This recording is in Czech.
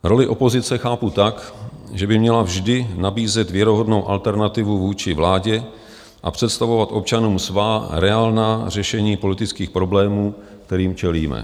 Roli opozice chápu tak, že by měla vždy nabízet věrohodnou alternativu vůči vládě a představovat občanům svá reálná řešení politických problémů, kterým čelíme.